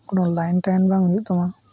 ᱠᱳᱱᱳ ᱞᱟᱭᱤᱱᱼᱴᱟᱭᱤᱱ ᱵᱟᱝ ᱦᱩᱭᱩᱜ ᱛᱟᱢᱟ